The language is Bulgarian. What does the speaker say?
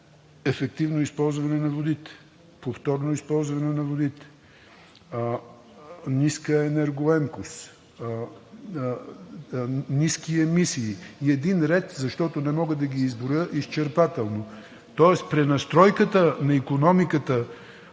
ефективно използване на водите, повторно използване на водите, ниска енергоемкост, ниски емисии и ред други, защото не мога да ги изброя изчерпателно. Тоест пренастройката на икономиката,